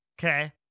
okay